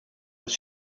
was